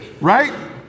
right